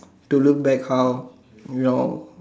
to look back how you know